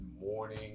morning